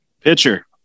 Pitcher